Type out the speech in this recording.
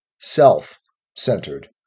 self-centered